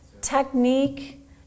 Technique